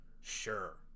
Sure